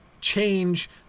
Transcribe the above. change